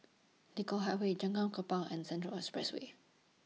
Nicoll Highway Jalan Kapal and Central Expressway